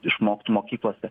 išmoktų mokyklose